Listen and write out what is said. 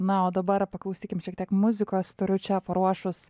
na o dabar paklausykim šiek tiek muzikos turiu čia paruošus